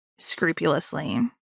scrupulously